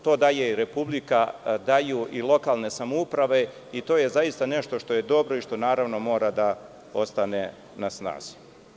To daje Republika, lokalne samouprave i to je zaista nešto što je dobro i što naravno moram da ostane na snazi.